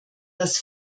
das